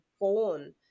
born